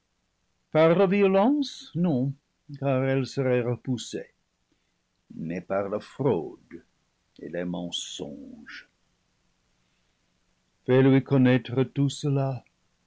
la violence non car elle serait repoussée mais par la fraude et les men songes fais-lui connaître tout cela